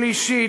שלישית,